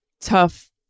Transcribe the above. tough